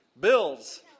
bills